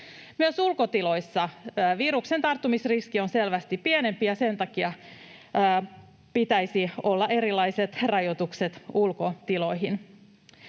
Myös ulkotiloissa viruksen tarttumisriski on selvästi pienempi, ja sen takia pitäisi olla erilaiset rajoitukset ulkotiloihin.